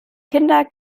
kinder